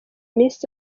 miss